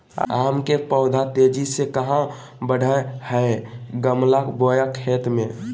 आम के पौधा तेजी से कहा बढ़य हैय गमला बोया खेत मे?